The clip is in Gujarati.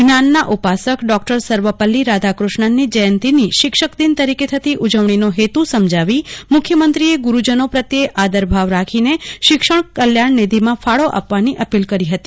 જ્ઞાનના ઉપાસક ડોકટર સર્વપલ્લી રાધાક ્ષ્ણનની જયંતીની શિક્ષક દિન તરીકે થતી ઉજવણીનો હેતુ સમજાવી મુખ્યમંત્રીએ ગુરૂજનો પ્રત્યે આદરભાવ રાખીને શિક્ષણ કલ્યાણ નિષિમાં ફાળો આપવાની અપીલ કરી હતી